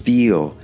Feel